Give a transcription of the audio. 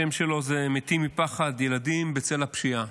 השם שלו זה "מתים מפחד, ילדים בצל הפשיעה".